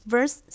Verse